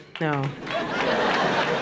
no